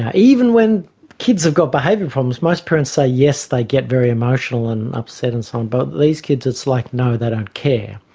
ah even when kids have got behavioural problems, most parents say yes, they get very emotional and upset and so on. but these kids, it's like no, they don't care.